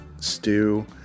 stew